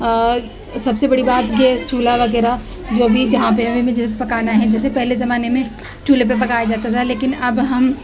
سب سے بڑی بات گیس چولھا وغیرہ جو بھی جہاں پہ ہمیں پکانا ہے جیسے پہلے زمانے میں چولھے پہ پکایا جاتا تھا لیکن اب ہم